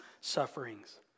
sufferings